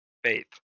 Faith